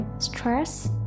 stress